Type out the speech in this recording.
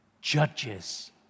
Judges